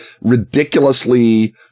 ridiculously